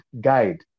guide